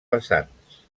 vessants